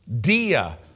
Dia